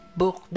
book